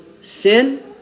sin